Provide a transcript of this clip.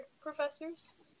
professors